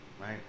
right